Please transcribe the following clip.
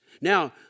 Now